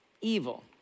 Evil